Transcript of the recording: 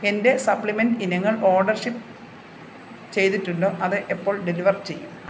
എന്റെ സപ്ലിമെൻറ്റ് ഇനങ്ങൾ order ship ചെയ്തിട്ടുണ്ടോ അത് എപ്പോൾ ഡെലിവർ ചെയ്യും